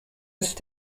ist